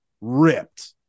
ripped